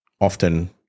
often